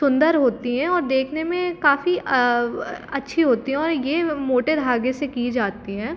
सुंदर होती हैं और देखने में काफ़ी अच्छी होती हैं और ये मोटे धागे से की जाती हैं